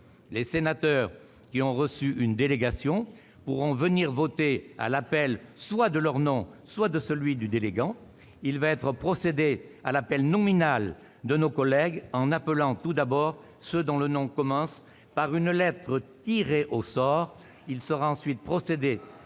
Les sénateurs qui ont reçu une délégation pourront venir voter à l'appel soit de leur nom, soit de celui du délégant. Il va être procédé à l'appel nominal de nos collègues en appelant tout d'abord ceux dont le nom commence par une lettre tirée au sort. La lettre « S »! Il sera ensuite procédé